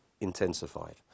intensified